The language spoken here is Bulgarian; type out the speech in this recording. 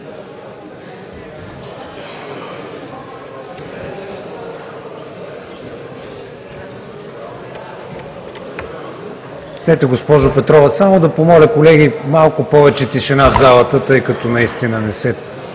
госпожо Петрова, само да помоля колегите за малко повече тишина в залата, тъй като наистина не се